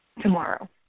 Tomorrow